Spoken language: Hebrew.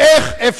ולכן,